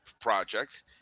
project